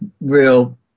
real